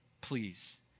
Please